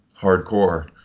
hardcore